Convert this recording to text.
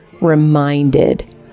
reminded